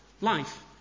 life